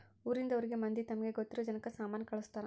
ಊರಿಂದ ಊರಿಗೆ ಮಂದಿ ತಮಗೆ ಗೊತ್ತಿರೊ ಜನಕ್ಕ ಸಾಮನ ಕಳ್ಸ್ತರ್